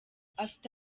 afite